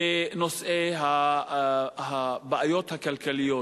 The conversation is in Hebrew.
לבעיות הכלכליות,